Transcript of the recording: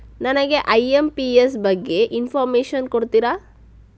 ನನಗೆ ಐ.ಎಂ.ಪಿ.ಎಸ್ ಬಗ್ಗೆ ಇನ್ಫೋರ್ಮೇಷನ್ ಕೊಡುತ್ತೀರಾ?